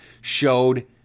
showed